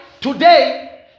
today